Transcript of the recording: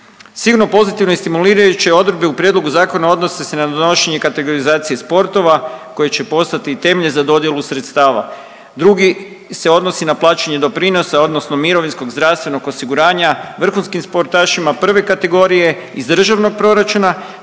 Sigurno pozitivno i stimulirajuće odredbe u prijedlogu zakona odnose se na donošenje kategorizacije sportova koji će postati temelji za dodjelu sredstava. Drugi se odnosi na plaćanje doprinosa odnosno mirovinskog i zdravstvenog osiguranja vrhunskim sportašima prve kategorije iz državnog proračuna,